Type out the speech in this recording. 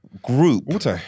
Group